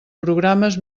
programes